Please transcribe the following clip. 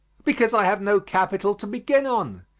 because i have no capital to begin on.